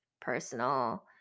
personal